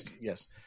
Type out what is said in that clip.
yes